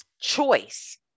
choice